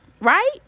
right